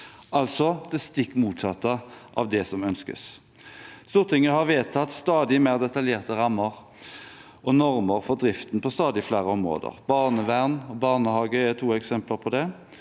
altså det stikk motsatte av det som ønskes. Stortinget har vedtatt stadig mer detaljerte rammer og normer for driften på stadig flere områder. Barnevern og barnehage er to eksempler på det.